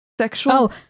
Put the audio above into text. sexual